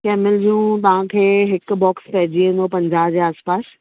camel जूं तव्हांखे हिकु बॉक्स पइजी वेंदो पंजाह जे आस पास